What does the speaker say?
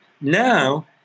Now